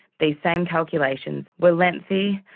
these same calculations were lengthy,